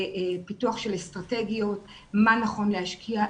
לפיתוח של אסטרטגיות מה נכון להשקיע,